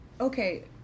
okay